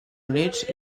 units